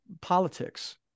politics